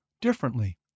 differently